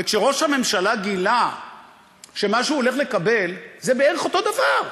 וכשראש הממשלה גילה שם שהוא הולך לקבל זה בערך אותו דבר,